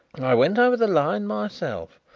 i went over the line myself.